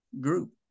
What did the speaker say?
group